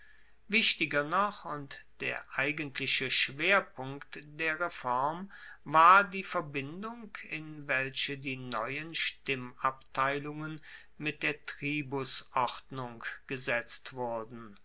wichtiger noch und der eigentliche schwerpunkt der reform war die verbindung in welche die neuen stimmabteilungen mit der tribusordnung gesetzt wurden